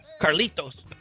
Carlitos